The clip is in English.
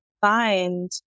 find